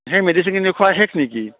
সেই মেডিচিনখিনি খোৱা শেষ নেকি